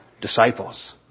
disciples